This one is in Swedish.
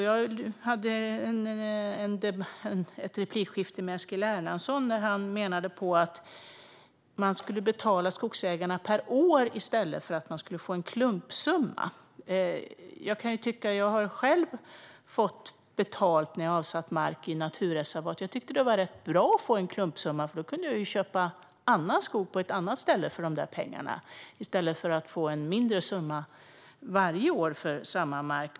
Jag hade ett replikskifte med Eskil Erlandsson där han menade att man skulle betala skogsägarna per år i stället för att de skulle få en klumpsumma. Jag har själv fått betalt när jag har satt mark i naturreservat. Jag tyckte det var ganska bra att få en klumpsumma. Då kunde jag köpa annan skog, på ett annat ställe, för de pengarna i stället för att få en mindre summa varje år för samma mark.